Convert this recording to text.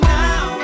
now